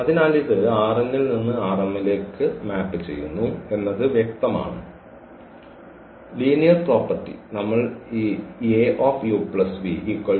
അതിനാൽ ഇത് ൽ നിന്ന് ലേക്ക് മാപ് ചെയ്യുന്നു എന്നത് വ്യക്തമാണ് ലീനിയർ പ്രോപ്പർട്ടി നമ്മൾ ഈ പ്രയോഗിക്കുമ്പോൾ